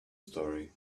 story